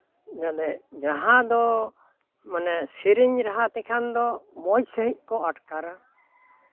ᱢᱟᱱᱮ ᱡᱟᱦᱟᱸ ᱫᱚ ᱢᱟᱱᱮ ᱥᱮᱨᱮᱧ ᱨᱟᱦᱟ ᱛᱮᱠᱷᱟᱱ ᱫᱚ ᱢᱚᱡᱽ ᱥᱟᱺᱦᱤᱡ ᱠᱚ ᱟᱴᱠᱟᱨᱟ